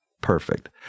perfect